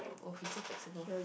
oh he's so flexible